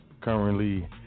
currently